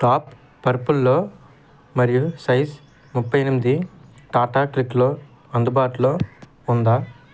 top పర్పుల్లో మరియు size ముప్పై ఎనిమిది టాటా క్లిక్లో అందుబాటులో ఉందా